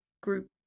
group